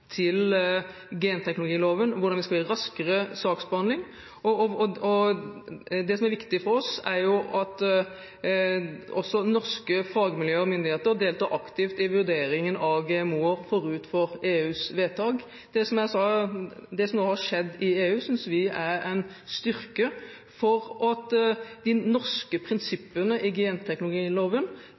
til genteknologiloven, hvordan vi skal få en raskere saksbehandling. Det som er viktig for oss, er at også norske fagmiljøer og myndigheter deltar aktivt i vurderingen av GMO-er, forut for EUs vedtak. Som jeg sa, det som nå har skjedd i EU, synes vi er en styrke for at de norske prinsippene i genteknologiloven